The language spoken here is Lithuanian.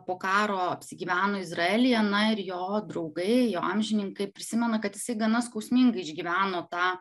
po karo apsigyveno izraelyje na ir jo draugai jo amžininkai prisimena kad jisai gana skausmingai išgyveno tą